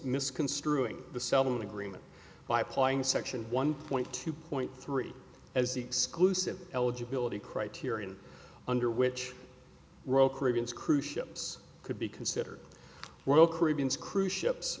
misconstruing the seven agreement by applying section one point two point three as the exclusive eligibility criterion under which royal caribbean's cruise ships could be considered while caribbean cruise ships